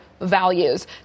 values